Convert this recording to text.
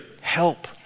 help